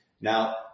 Now